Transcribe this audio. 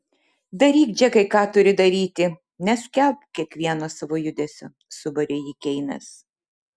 daryk džekai ką turi daryti neskelbk kiekvieno savo judesio subarė jį keinas